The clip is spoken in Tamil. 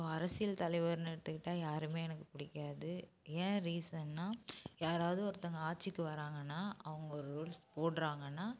இப்போ அரசியல் தலைவர்ன்னு எடுத்துக்கிட்டா யாருமே எனக்கு பிடிக்காது ஏன் ரீசன்னா யாரவது ஒருத்தவங்க ஆட்சிக்கு வாரங்கன்னா அவங்க ஒரு ரூல்ஸ் போடுறாங்கன்னா